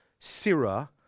sirah